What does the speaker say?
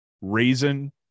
raisin